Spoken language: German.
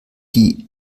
die